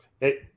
Hey